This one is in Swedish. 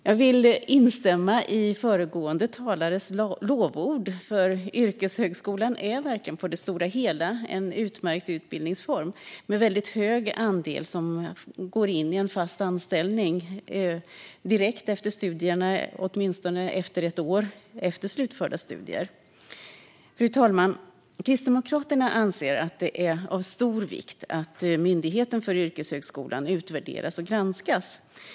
Jag vill instämma i föregående talares lovord, för yrkeshögskolan är verkligen på det stora hela en utmärkt utbildningsform, med en väldigt hög andel som går in i en fast anställning direkt efter studierna eller åtminstone inom ett år efter slutförda studier. Fru talman! Kristdemokraterna anser att det är av stor vikt att Myndigheten för yrkeshögskolan utvärderas och granskas.